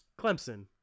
Clemson